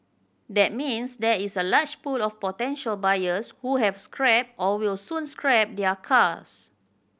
that means there is a large pool of potential buyers who have scrapped or will soon scrap their cars